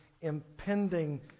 impending